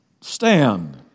stand